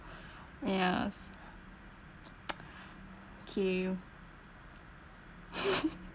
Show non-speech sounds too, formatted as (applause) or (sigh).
yes (noise) okay (laughs)